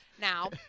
Now